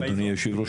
אדוני יושב הראש,